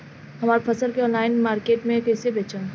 हमार फसल के ऑनलाइन मार्केट मे कैसे बेचम?